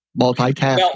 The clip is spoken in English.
multitasking